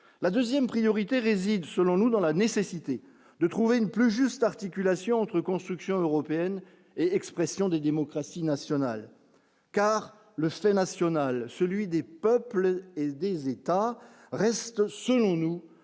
la 2ème priorité réside, selon nous, dans la nécessité de trouver une plus juste articulation entre construction européenne et expression des démocraties nationales car le fait national, celui des peuples et des États reste, selon nous,